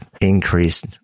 increased